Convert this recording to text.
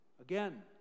Again